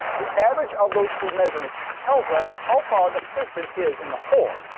the average of those two measurements tells us how far the piston is in the hole.